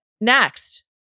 Next